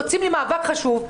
יוצאים למאבק חשוב.